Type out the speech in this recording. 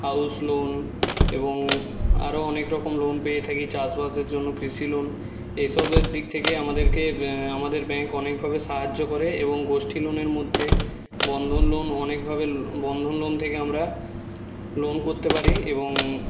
house loan এবং আরও অনেক রকম লোন পেয়ে থাকি চাষবাসের জন্য কৃষি লোন এই সবের দিক থেকে আমাদেরকে আমাদের ব্যাংক অনেকভাবে সাহায্য করে এবং গোষ্ঠী লোনের মধ্যে বন্ধন লোন অনেকভাবে বন্ধন লোন থেকে আমরা লোন করতে পারি এবং